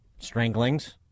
Stranglings